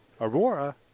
Aurora